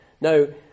no